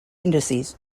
indices